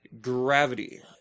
Gravity